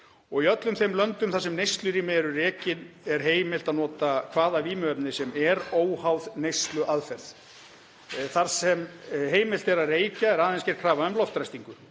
og í öllum þeim löndum þar sem neyslurými eru rekin er heimilt að nota hvaða vímuefni sem er, óháð neysluaðferð. Þar sem heimilt er að reykja er aðeins gerð krafa um loftræstingu